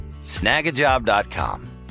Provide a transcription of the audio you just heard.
Snagajob.com